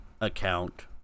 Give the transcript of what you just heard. account